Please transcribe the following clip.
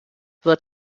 wird